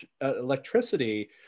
electricity